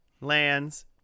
lands